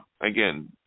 again